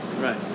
Right